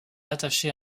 attaché